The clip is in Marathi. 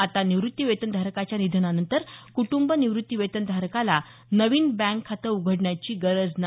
आता निवृत्तीवेतनधारकाच्या निधनानंतर कुटुंब निवृत्तीवेतनधारकाला नवीन बँक खाते उघडण्याची गरज नाही